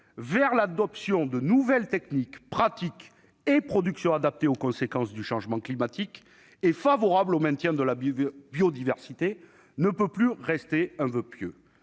vers l'adoption de nouvelles techniques, pratiques et productions adaptées aux conséquences du changement climatique et favorables au maintien de la biodiversité ne peut plus rester un voeu pieux.